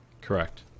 Correct